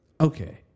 Okay